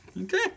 Okay